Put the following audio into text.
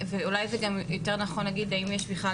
ואולי גם יותר נכון להגיד - האם יש בכלל